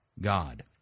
God